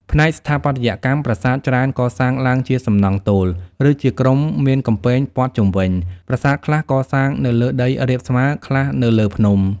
ផ្នែកស្ថាបត្យកម្ម ប្រាសាទច្រើនកសាងឡើងជាសំណង់ទោល ឬជាក្រុមមានកំពែងព័ទ្ធជុំវិញ ប្រាសាទខ្លះកសាងនៅលើដីរាបស្មើ ខ្លះនៅលើភ្នំ។